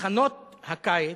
מחנות הקיץ.